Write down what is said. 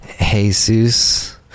Jesus